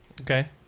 Okay